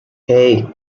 hey